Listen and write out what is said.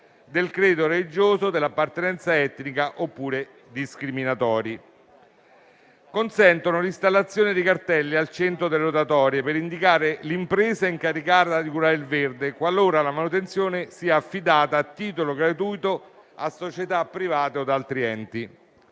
del credo religioso, dell'appartenenza etnica, oppure discriminatori; consentono l'installazione di cartelli al centro delle rotatorie per indicare l'impresa incaricata di curare il verde qualora la manutenzione sia affidata a titolo gratuito a società private o ad altri enti.